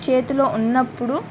చేతిలో ఉన్నప్పుడు